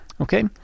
okay